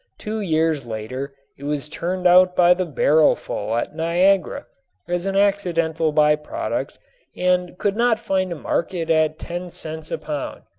two years later it was turned out by the barrelful at niagara as an accidental by-product and could not find a market at ten cents a pound.